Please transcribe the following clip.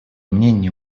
мнению